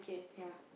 ya